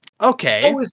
Okay